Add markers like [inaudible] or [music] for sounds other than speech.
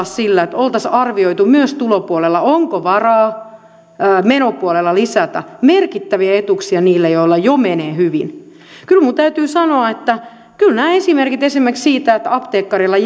[unintelligible] sillä että oltaisiin arvioitu myös tulopuolella onko varaa menopuolella lisätä merkittäviä etuuksia niille joilla jo menee hyvin kyllä minun täytyy sanoa että nämä esimerkit esimerkiksi siitä että apteekkarille [unintelligible]